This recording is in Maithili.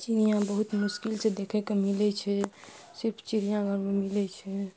चिड़िआ बहुत मुश्किल से देखैके मिलै छै सिर्फ चिड़िआघरमे मिलै छै